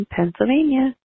Pennsylvania